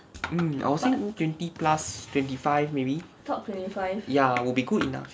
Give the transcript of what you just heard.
mm I will say twenty plus twenty five maybe ya will be good enough